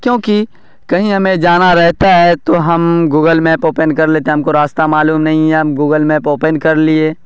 کیونکہ کہیں ہمیں جانا رہتا ہے تو ہم گوگل میپ اوپین کر لیتے ہیں ہم کو راستہ معلوم نہیں ہے ہم گوگل میپ اوپین کر لیے